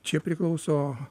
čia priklauso